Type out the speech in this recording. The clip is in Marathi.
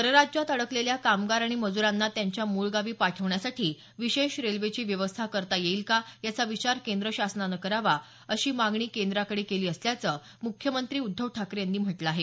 परराज्यातल्या अडकलेल्या कामगार आणि मजुरांना त्यांच्या मुळगावी पाठवण्यासाठी विशेष रेल्वेची व्यवस्था करता येईल का याचा विचार केंद्र शासनानं करावा अशी मागणी केंद्राकडे केली असल्याचं मुख्यमंत्री उद्धव ठाकरे यांनी म्हटलं आहे